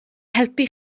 helpu